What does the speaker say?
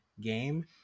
game